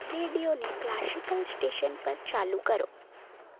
રેડિયોને classical station પર ચાલુ કરો